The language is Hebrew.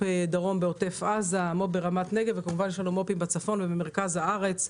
גם בצפון ובמרכז הארץ.